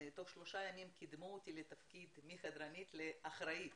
תוך שלושה ימים קידמו אותי מתפקיד חדרנית להיות אחראית.